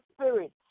spirit